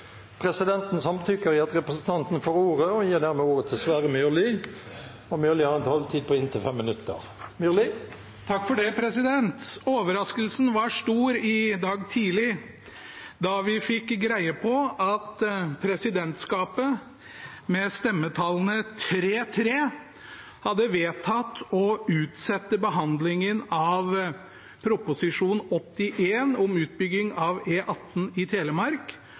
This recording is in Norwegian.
Presidenten samtykker i at representanten får ordet, og gir dermed ordet til Sverre Myrli, som har en taletid på inntil 5 minutter. Overraskelsen var stor i dag tidlig da vi fikk greie på at presidentskapet med stemmetallene 3–3 hadde vedtatt å utsette behandlingen av Prop. 81 S for 2018–2019 om utbygging av E18 i Telemark